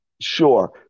Sure